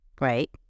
Right